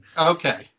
Okay